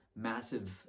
massive